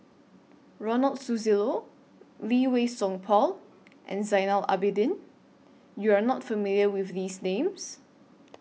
Ronald Susilo Lee Wei Song Paul and Zainal Abidin YOU Are not familiar with These Names